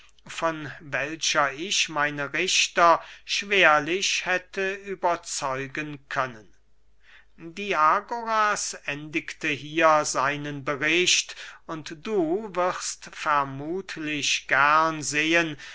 von welcher ich meine richter schwerlich hätte überzeugen können diagoras endigte hier seinen bericht und du wirst vermuthlich gern sehen